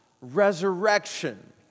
resurrection